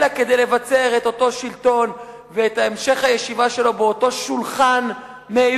אלא כדי לבצר את אותו שלטון ואת המשך הישיבה שלו ליד אותו שולחן מיותר,